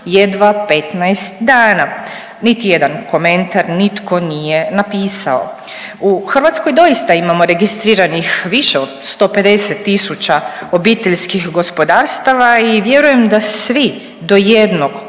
jedva 15 dana. Niti jedan komentar nitko nije napisao. U Hrvatskoj doista imamo registriranih više od 150 000 obiteljskih gospodarstava i vjerujem da svi do jednog